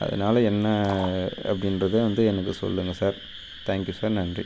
அதனால் என்ன அப்படின்றத வந்து எனக்கு சொல்லுங்கள் சார் தேங்க்யூ சார் நன்றி